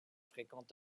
fréquentent